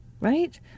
right